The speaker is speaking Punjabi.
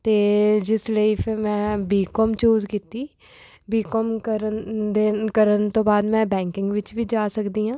ਅਤੇ ਜਿਸ ਲਈ ਫਿਰ ਮੈਂ ਬੀ ਕੋਮ ਕੀਤੀ ਬੀ ਕੋਮ ਕਰਨ ਦੇ ਕਰਨ ਤੋਂ ਬਾਅਦ ਮੈਂ ਬੈਂਕਿੰਗ ਵਿਚ ਵੀ ਜਾ ਸਕਦੀ ਹਾਂ